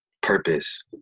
purpose